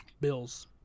Bills